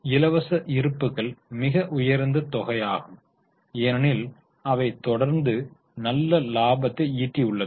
இலவச இருப்புக்கள் மிக உயர்ந்த தொகையாகும் ஏனெனில் அவை தொடர்ந்து நல்ல லாபம் ஈட்டியுள்ளது